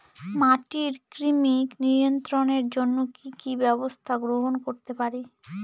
মাটির কৃমি নিয়ন্ত্রণের জন্য কি কি ব্যবস্থা গ্রহণ করতে পারি?